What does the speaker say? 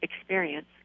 experience